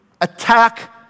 attack